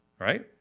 right